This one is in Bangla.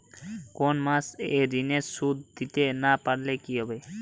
কোন মাস এ ঋণের সুধ দিতে না পারলে কি হবে?